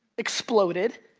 exploded,